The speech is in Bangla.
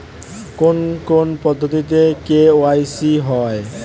কোন কোন পদ্ধতিতে কে.ওয়াই.সি হয়?